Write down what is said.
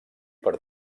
per